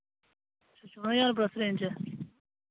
चौदां ज्हार plus range च ऐ